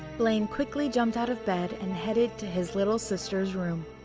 blaine quickly jumped out of bed and headed to his little sister's room.